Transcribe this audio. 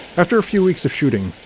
after a few weeks of shooting,